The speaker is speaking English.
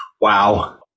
Wow